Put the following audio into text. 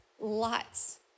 lots